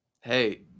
Hey